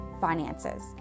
finances